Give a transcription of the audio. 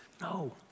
no